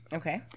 okay